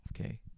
okay